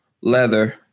leather